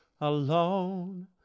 alone